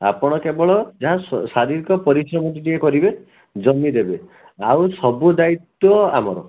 ଆପଣ କେବଳ ଯାହା ଶାରିରୀକ ପରିଶ୍ରମ ଟିକେ କରିବେ ଜମି ଦେବେ ଆଉ ସବୁ ଦାୟିତ୍ୱ ଆମର